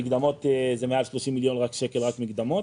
מעל 30 מיליון שקלים רק מקדמות.